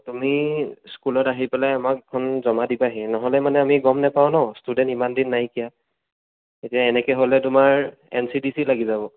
তুমি স্কুলত আহি পেলাই আমাক এখন জমা দিবাহি নহ'লে মানে আমি গম নাপাওঁ ন' ষ্টুডেন্ট ইমান দিন নাইকিয়া এতিয়া এনেকৈ হ'লে তোমাৰ এনচি ডিচি লাগি যাব